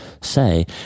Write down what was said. say